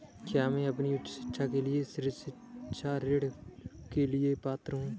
क्या मैं अपनी उच्च शिक्षा के लिए छात्र ऋण के लिए पात्र हूँ?